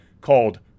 called